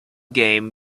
game